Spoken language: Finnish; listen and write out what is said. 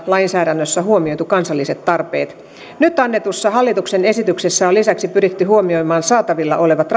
lainsäädännössä huomioitu kansalliset tarpeet nyt annetussa hallituksen esityksessä on lisäksi pyritty huomioimaan saatavilla olevat